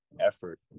effort